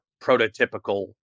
prototypical